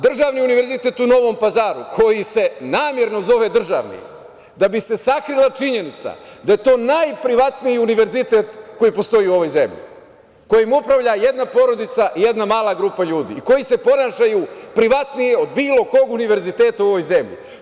Državni univerzitet u Novom Pazaru koji se namerno zove državni, da bi se sakrila činjenica da je to najprivatniji univerzitet koji postoji u ovoj zemlji, kojim upravlja jedna porodica, jedna mala grupa ljudi, koji se ponašaju privatnije od bilo kog univerziteta u ovoj zemlji.